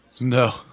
No